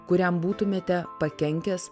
kuriam būtumėte pakenkęs